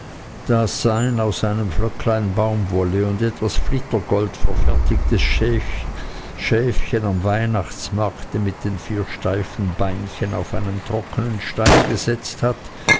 das sein aus einem flöcklein baumwolle und etwas flittergold verfertigtes schäfchen am weihnachtsmarkte mit den vier steifen beinchen auf einen trockenen stein gesetzt hat